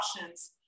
options